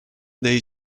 dei